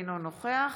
אינו נוכח